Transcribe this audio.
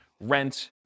rent